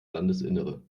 landesinnere